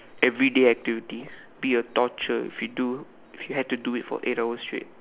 everyday activities be a torture if you do if you had to do it for eight hours straight